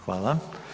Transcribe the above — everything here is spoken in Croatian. Hvala.